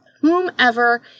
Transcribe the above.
whomever